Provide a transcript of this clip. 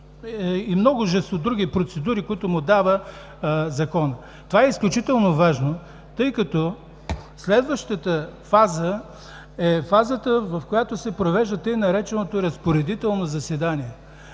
и множество други процедури, които му дава законът. Това е изключително важно, тъй като на следващата фаза се провежда тъй нареченото „разпоредително заседание“.